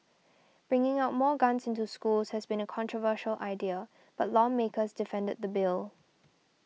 bringing more guns into school has been a controversial idea but lawmakers defended the bill